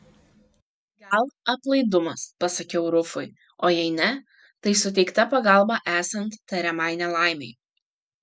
gal aplaidumas pasakiau rufui o jei ne tai suteikta pagalba esant tariamai nelaimei